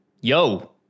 yo